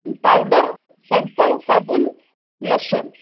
powder shampoo ସାବୁନ lotion